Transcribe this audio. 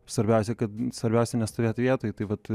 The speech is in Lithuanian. svarbiausia kad svarbiausia nestovėt vietoj tai vat